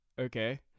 Okay